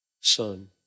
Son